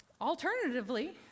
Alternatively